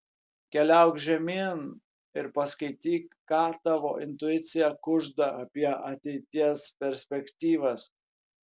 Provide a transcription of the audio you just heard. keliauk žemyn ir paskaityk ką tavo intuicija kužda apie ateities perspektyvas